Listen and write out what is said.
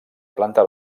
planta